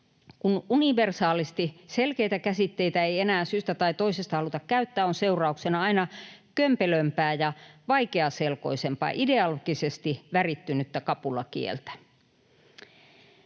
Kun universaalisti selkeitä käsitteitä ei enää syystä tai toisesta haluta käyttää, on seurauksena aina kömpelömpää ja vaikeaselkoisempaa, ideologisesti värittynyttä kapulakieltä.